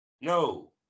No